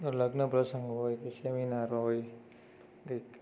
લગ્ન પ્રસંગ હોય કે સેમિનાર હોય